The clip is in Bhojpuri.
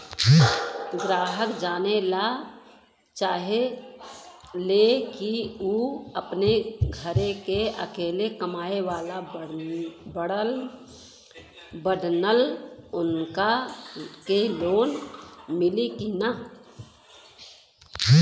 ग्राहक जानेला चाहे ले की ऊ अपने घरे के अकेले कमाये वाला बड़न उनका के लोन मिली कि न?